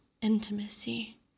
intimacy